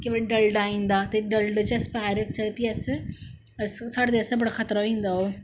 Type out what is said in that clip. केंई बारी डलडा आई जंदा ते डलद च अस पैर रखचै ते फ्ही अस साढ़े आस्तै बडा खतरा होई जंदा ओह्